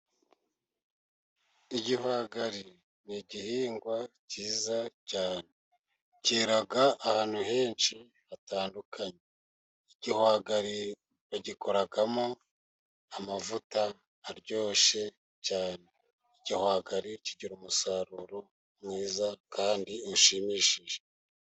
Igihwagari ni igihingwa cyiza cyane, cyera ahantu henshi hatandukanye igihwagari bagikoramo amavuta aryoshye cyane, igihwagari kigira umusaruro mwiza kandi ushimishije.